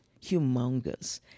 humongous